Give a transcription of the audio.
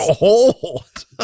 old